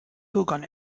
bürgern